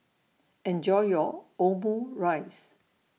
Enjoy your Omurice